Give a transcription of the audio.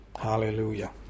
Hallelujah